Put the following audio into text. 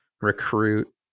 recruit